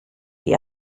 die